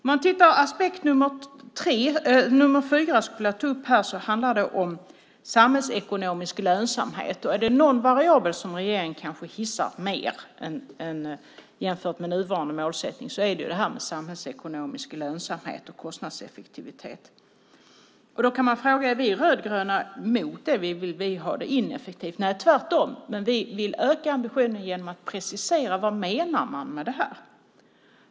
Den fjärde aspekten handlar om samhällsekonomisk lönsamhet. Om det är någon variabel som regeringen kanske hissat mer jämfört med nuvarande målsättning är det samhällsekonomisk lönsamhet och kostnadseffektivitet. Är vi rödgröna mot detta? Vill vi ha det ineffektivt? Nej, tvärtom, men vi vill öka ambitionen genom att precisera vad man menar med detta.